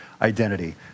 identity